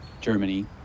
Germany